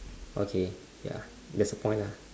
okay ya that's the point lah